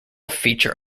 feature